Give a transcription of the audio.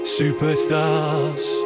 superstars